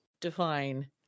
define